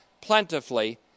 plentifully